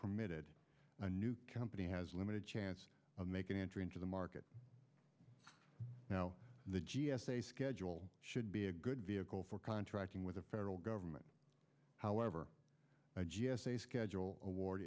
committed a new company has limited chance of making entry into the market now the g s a schedule should be a good vehicle for contracting with the federal government however the g s a schedule award